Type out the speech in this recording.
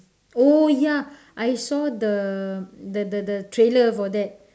oh ya I saw the the the the trailer for that